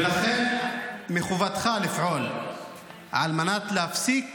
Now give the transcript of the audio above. לכן מחובתך לפעול על מנת להפסיק